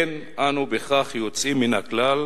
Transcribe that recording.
בכך אין אנו יוצאים מן הכלל,